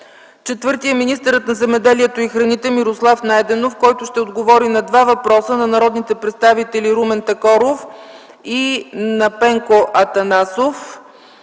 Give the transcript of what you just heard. Чукарски. 4. Министърът на земеделието и храните Мирослав Найденов ще отговори на два въпроса на народните представители Румен Такоров и Пенко Атанасов.